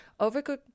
overcooked